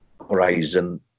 Horizon